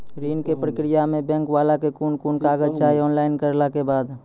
ऋण के प्रक्रिया मे बैंक वाला के कुन कुन कागज चाही, ऑनलाइन करला के बाद?